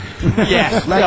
Yes